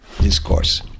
discourse